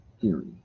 theory